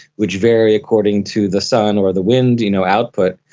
which vary according to the sun or the wind you know output,